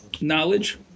knowledge